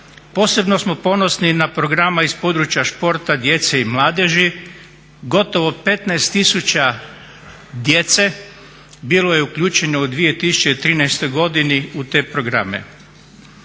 Posebno smo ponosni na program iz područja športa djece i mladeži. Gotovo 15.000 djece bilo je uključeno u 2013.godini u te programe.